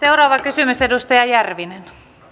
seuraava kysymys edustaja järvinen